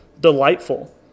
delightful